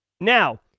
Now